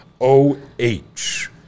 O-H